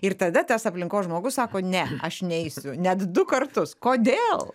ir tada tas aplinkos žmogus sako ne aš neisiu net du kartus kodėl